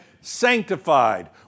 sanctified